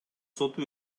соту